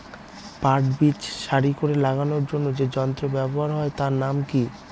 পাট বীজ সারি করে লাগানোর জন্য যে যন্ত্র ব্যবহার হয় তার নাম কি?